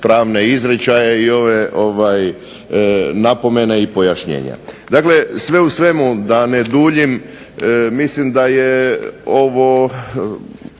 pravne izričaje i ove napomene i pojašnjenja. Dakle, sve u svemu da ne duljim mislim da je ovo